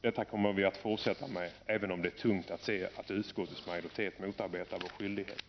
Detta kommer vi att fortsätta med, även om det är tungt att se att utskottets majoritet motarbetar våra skyldigheter.